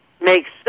makes